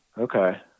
Okay